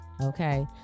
Okay